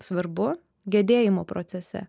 svarbu gedėjimo procese